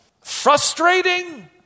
frustrating